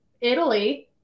Italy